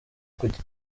kujya